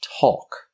talk